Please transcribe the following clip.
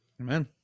Amen